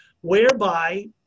whereby